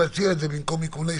המקום.